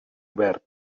obert